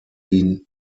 ihn